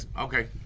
okay